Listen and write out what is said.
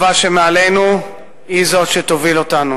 צורה הנכלוליות יכולה להוביל אותנו